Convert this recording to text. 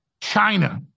China